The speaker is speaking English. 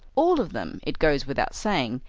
all of them, it goes without saying,